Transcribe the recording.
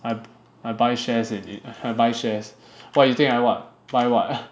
I bu~ I buy shares eh I buy shares !wah! you think I what buy what